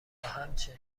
همچنین